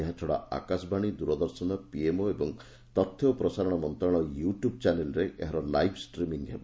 ଏହାଛଡ଼ା ଆକାଶବାଣୀ ଦୂରଦର୍ଶନ ପିଏମ୍ଓ ଏବଂ ତଥ୍ୟ ଓ ପ୍ରସାରଣ ମନ୍ତ୍ରଣାଳୟ ୟୁ ଟ୍ୟୁବ୍ ଚ୍ୟାନେଲ୍ରେ ଏହାର ଲାଇଭ୍ ଷ୍ଟ୍ରିମିଙ୍ଗ୍ ହେବ